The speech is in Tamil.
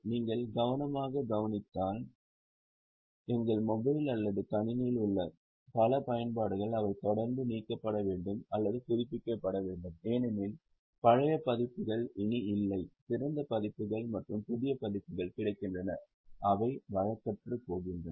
நீங்கள் மிகவும் கவனமாகக் கவனித்தால் நம் மொபைல் அல்லது கணினியில் உள்ள பல பயன்பாடுகள் அவை தொடர்ந்து நீக்கப்பட வேண்டும் அல்லது புதுப்பிக்கப்பட வேண்டும் ஏனெனில் பழைய பதிப்புகள் இனி இல்லை சிறந்த பதிப்புகள் மற்றும் புதிய பதிப்புகள் கிடைக்கின்றன அவை வழக்கற்றுப்போகின்றன